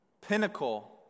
pinnacle